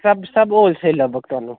सब सब होलसेल लब्भग तोआनू